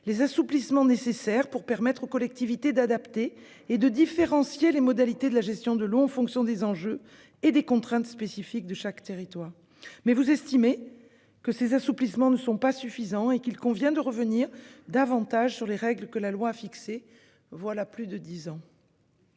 les assouplissements nécessaires pour permettre aux collectivités d'adapter et de différencier les modalités de la gestion de l'eau en fonction des enjeux et des contraintes spécifiques de chaque territoire. Vous estimez que ces assouplissements ne sont pas suffisants et qu'il convient de revenir davantage sur les règles que la loi a fixées voilà plus de dix ans.